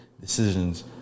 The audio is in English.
decisions